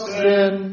sin